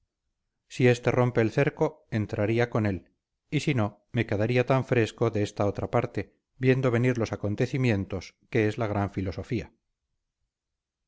si este rompe el cerco entraría con él y si no me quedaría tan fresco de esta otra parte viendo venir los acontecimientos que es la gran filosofía